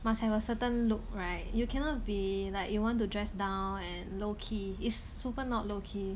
must have a certain look right you cannot be like you want to dress down and low key is super not low key